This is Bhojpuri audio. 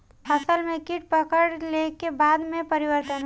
फसल में कीट पकड़ ले के बाद का परिवर्तन होई?